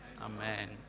amen